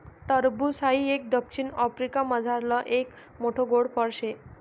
टरबूज हाई एक दक्षिण आफ्रिकामझारलं एक मोठ्ठ गोड फळ शे